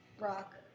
rock